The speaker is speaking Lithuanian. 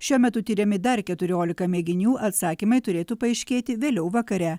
šiuo metu tiriami dar keturiolika mėginių atsakymai turėtų paaiškėti vėliau vakare